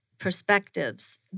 perspectives